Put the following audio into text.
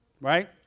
right